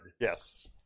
Yes